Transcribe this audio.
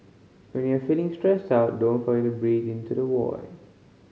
when you are feeling stressed out don't forget to breathe into the void